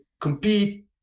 compete